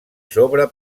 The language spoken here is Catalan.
sobre